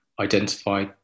identify